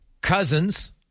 cousins